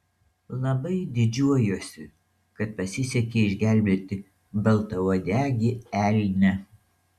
labai didžiuojuosi kad pasisekė išgelbėti baltauodegį elnią